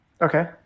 Okay